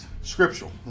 scriptural